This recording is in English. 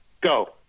go